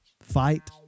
fight